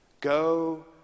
Go